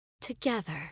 together